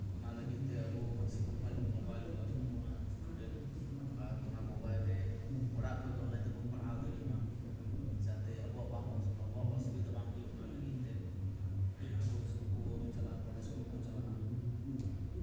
ᱟᱵᱚ ᱤᱥᱠᱩᱞ ᱠᱚᱨᱮᱜ ᱟᱵᱚ ᱢᱳᱵᱟᱭᱤᱞ ᱠᱚ ᱮᱢ ᱠᱟᱜ ᱵᱚᱱᱟ ᱤᱥᱴᱩᱰᱮᱱᱴ ᱟᱨ ᱚᱱᱟ ᱚᱲᱟᱜ ᱠᱷᱚᱱ ᱜᱮ ᱚᱱᱞᱟᱭᱤᱱ ᱛᱮᱵᱚᱱ ᱯᱟᱲᱦᱟᱣ ᱫᱟᱲᱮᱜ ᱢᱟ ᱡᱟᱛᱮ ᱟᱵᱚᱣᱟ ᱵᱟᱝ ᱡᱟᱛᱮ ᱟᱵᱚᱣᱟᱜ ᱩᱥᱩᱵᱤᱫᱟ ᱵᱟᱝ ᱦᱩᱭᱩᱜ ᱚᱱᱟ ᱞᱟᱹᱜᱤᱫ ᱛᱮ ᱟᱵᱚ ᱤᱥᱠᱩᱞ ᱠᱚ ᱵᱟᱵᱚᱱ ᱪᱟᱞᱟᱜ ᱠᱚᱞᱮᱡᱽ ᱠᱚ ᱵᱟᱵᱚᱱ ᱪᱟᱞᱟᱜᱼᱟ